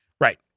Right